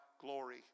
glory